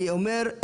אני אומר,